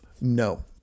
no